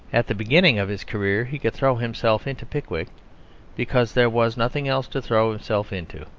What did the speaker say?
at the beginning of his career he could throw himself into pickwick because there was nothing else to throw himself into.